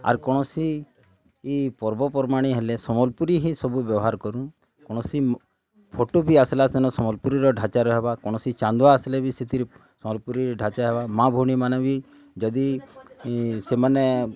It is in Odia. ଆର୍ କୌଣସି ଇ ପର୍ବପର୍ବାଣୀ ହେଲେ ସମ୍ବଲପୁରୀ ହିଁ ସବୁ ବ୍ୟବହାର କରୁଁ କୌଣସି ମ ଫଟୋ ବି ଆସିଲା ସେନ ସମ୍ବଲପୁରୀର ଢ଼ାଞ୍ଚାରେ ହେବା କୌଣସି ଚାନ୍ଦୁଆ ଆସିଲେ ବି ସେଥିରେ ସମ୍ବଲପୁରୀର ଢାଞ୍ଚା ହେବା ମାଆ ଭଉଣୀମାନେ ବି ଯଦି ଇ ସେମାନେ